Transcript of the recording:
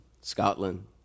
Scotland